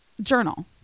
journal